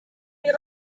ihre